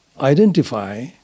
identify